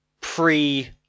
pre